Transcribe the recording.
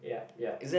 yup yup